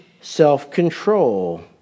self-control